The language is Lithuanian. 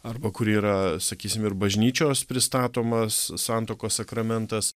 arba kuri yra sakysim ir bažnyčios pristatomas santuokos sakramentas